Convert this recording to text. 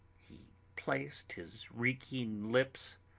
he placed his reeking lips